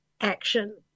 action